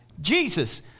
Jesus